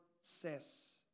says